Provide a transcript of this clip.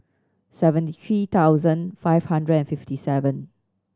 seventy three thousand five hundred and fifty seven